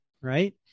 Right